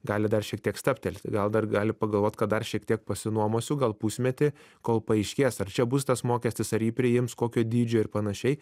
gali dar šiek tiek stabtelti gal dar gali pagalvot kad dar šiek tiek pasinuomosiu gal pusmetį kol paaiškės ar čia bus tas mokestis ar jį priims kokio dydžio ir panašiai